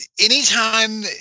anytime